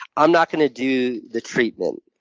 i'm not going to do the treatment.